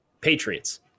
Patriots